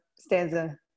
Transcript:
stanza